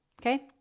okay